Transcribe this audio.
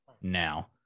now